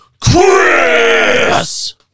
Chris